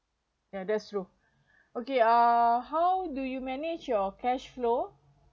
yeah that's true okay uh how do you manage your cash flow